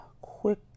quick